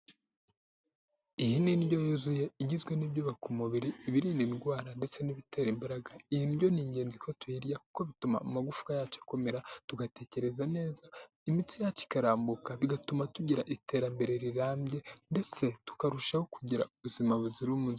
Iyi ni indyo yuzuye igizwe n'ibyubaka umubiri, ibirinda indwara ndetse n'ibitera imbaraga. Iyi ndyo ni ingenzi uko tuyirya kuko bituma amagufwa yacu akomera, tugatekereza neza, imitsi yacu ikarambuka, bigatuma tugira iterambere rirambye ndetse tukarushaho kugira ubuzima buzira umuze.